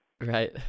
Right